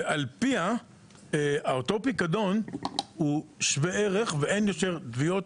ועל פיה אותו פיקדון הוא שווה ערך ואין יותר תביעות,